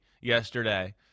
yesterday